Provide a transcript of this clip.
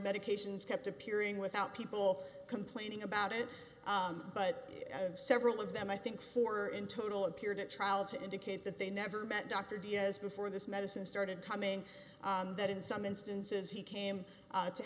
medications kept appearing without people complaining about it but several of them i think four in total appeared at trial to indicate that they never met dr diaz before this medicine started coming that in some instances he came to